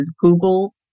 Google